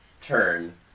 turn